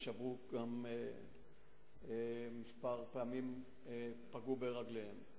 וכמה פעמים פגעו ברגליהם.